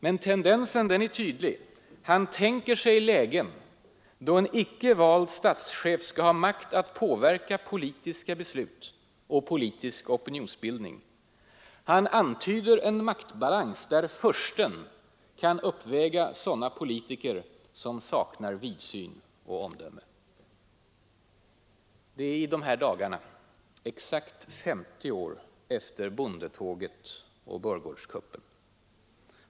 Men tendensen är tydlig: han tänker sig lägen då en icke vald statschef skall ha makt att påverka politiska beslut och politisk opinionsbildning. Han antyder en maktbalans där ”fursten” kan uppväga sådana politiker som saknar vidsyn och omdöme. Det är i dagarna exakt 60 år efter bondetåget och borggårdskuppen.